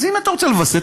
אז אם אתה רוצה לווסת,